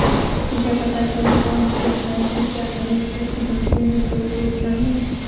कृपया पता करें और मुझे बताएं कि क्या हरी मटर की बिक्री में कोई रोकथाम है?